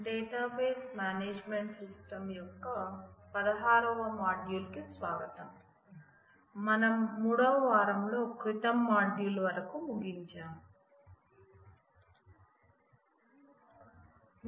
database management systems యొక్క 16వ module కు స్వాగతం మనం మూడవ వారం లో క్రితం మాడ్యూల్ వరకు ముగించేసాం